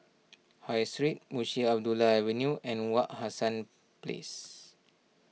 High Street Munshi Abdullah Avenue and Wak Hassan Place